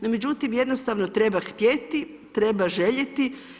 No međutim, jednostavno treba htjeti, treba željeti.